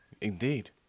Indeed